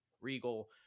Regal